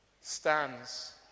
stands